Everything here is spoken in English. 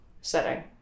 setting